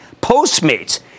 Postmates